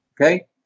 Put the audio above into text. okay